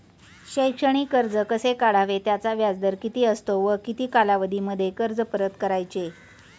शैक्षणिक कर्ज कसे काढावे? त्याचा व्याजदर किती असतो व किती कालावधीमध्ये कर्ज परत करायचे?